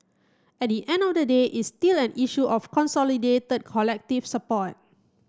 at the end of the day it's still an issue of consolidated the collective support